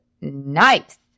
nice